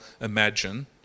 imagine